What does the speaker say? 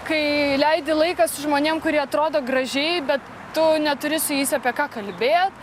kai leidi laiką su žmonėm kurie atrodo gražiai bet tu neturi su jais apie ką kalbėt